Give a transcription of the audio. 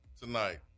tonight